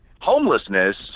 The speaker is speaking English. homelessness